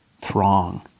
throng